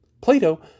Plato